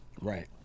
Right